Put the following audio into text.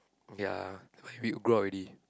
ya but we grow up already